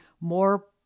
more